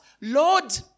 Lord